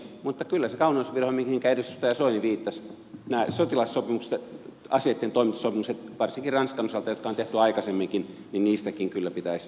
mutta kyllä se kauneusvirhe on mihinkä edustaja soini viittasi nämä sotilassopimukset aseitten toimitussopimukset varsinkin ranskan osalta jotka on tehty aikaisemminkin niihinkin kyllä pitäisi kohdistaa sanktiot